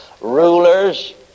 rulers